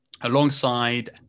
Alongside